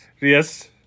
yes